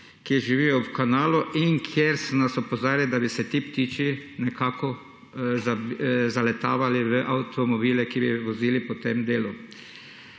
ki živijo v kanalu in kjer so nas opozarjali, da bi se ti ptiči nekako zaletavali v avtomobile, ki bi vozili po tem delu.